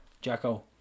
Jacko